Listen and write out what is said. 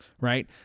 right